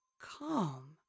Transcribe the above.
calm